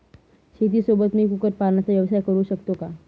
शेतीसोबत मी कुक्कुटपालनाचा व्यवसाय करु शकतो का?